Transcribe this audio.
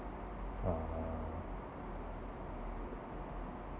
uh